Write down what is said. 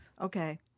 Okay